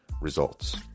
results